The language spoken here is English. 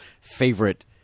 favorite